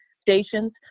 stations